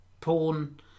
Porn